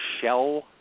shell